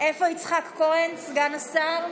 איפה יצחק כהן, סגן השר?